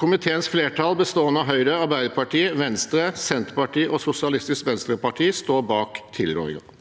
Komiteens flertall, bestående av Høyre, Arbeiderpartiet, Venstre, Senterpartiet og Sosialistisk Venstreparti, står bak tilrådingen.